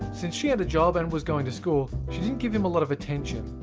since she had a job and was going to school, she didn't give him a lot of attention.